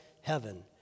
heaven